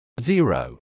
Zero